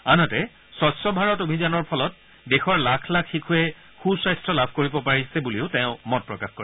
আনহাতে স্বচ্ছ ভাৰত অভিযানৰ ফলত দেশৰ লাখ লাখ শিশুৱে সু স্বাস্থ্য লাভ কৰিব পাৰিছে বুলিও তেওঁ মত প্ৰকাশ কৰে